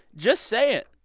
just say it.